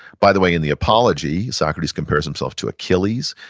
by the way, in the apology, socrates compares himself to achilles.